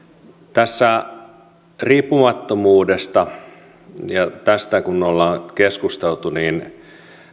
tästä riippumattomuudesta kun ollaan keskusteltu niin